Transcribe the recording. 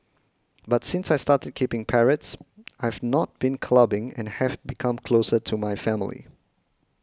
but since I started keeping parrots I've not been clubbing and have become closer to my family